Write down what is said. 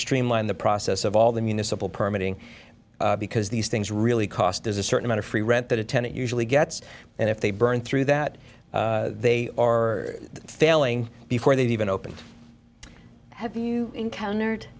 streamline the process of all the municipal permitting because these things really cost there's a certain amount of free rent that a tenant usually gets and if they burn through that they are failing before they've even opened have you encountered